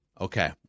Okay